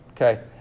Okay